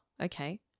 okay